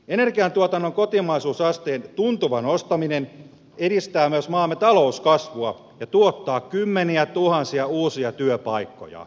energiantuotannon kotimaisuusasteen tuntuva nostaminen edistää myös maamme talouskasvua ja tuottaa kymmeniätuhansia uusia työpaikkoja